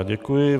Děkuji.